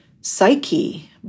psyche